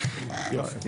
יופי.